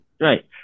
Right